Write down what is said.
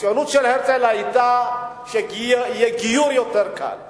הציונות של הרצל היתה שיהיה גיור קל יותר,